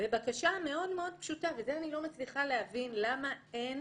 בבקשה מאוד פשוטה וזה אני לא מצליחה להבין למה אין